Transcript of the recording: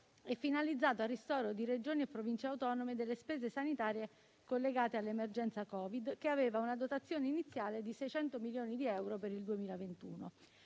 e finalizzato al ristoro di Regioni e Province autonome delle spese sanitarie collegate all'emergenza Covid, che aveva una dotazione iniziale di 600 milioni di euro per il 2021.